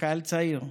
חייל צעיר.